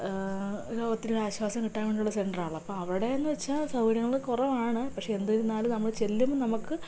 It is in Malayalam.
രോഗത്തിന് ഒരു ആശ്വാസം കിട്ടാൻ വേണ്ടിയുള്ള സെൻ്ററാണല്ലോ അപ്പോൾ അവിടെ എന്നു വെച്ചാൽ സൗകര്യങ്ങള് കുറവാണ് പക്ഷേ എന്തിരുന്നാലും നമ്മള് ചെല്ലുമ്പം നമുക്ക്